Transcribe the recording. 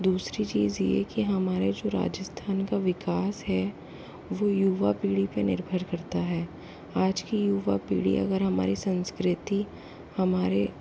दूसरी चीज़ यह की हमारे जो राजस्थान का विकास है वो युवा पीढ़ी पर निर्भर करता है आज की युवा पीढ़ी अगर हमारी संस्कृति हमारे